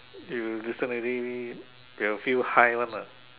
you listen already you will feel high one lah